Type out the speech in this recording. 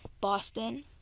Boston